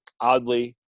oddly